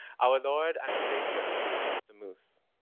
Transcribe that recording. our lord and savior the moose.